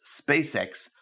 SpaceX